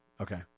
Okay